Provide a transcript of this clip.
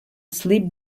sleep